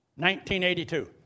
1982